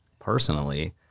personally